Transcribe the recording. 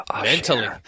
mentally